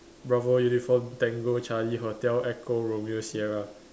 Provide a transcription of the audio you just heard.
bravo uniform tango charlie hotel echo romeo sierra